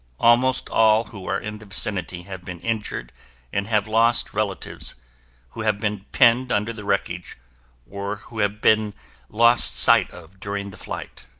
almost all who are in the vicinity have been injured and have lost relatives who have been pinned under the wreckage or who have been lost sight of during the flight.